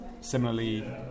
Similarly